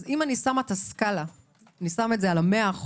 אם אני שמה את זה על ה-100%,